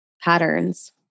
patterns